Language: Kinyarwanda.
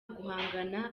guhangana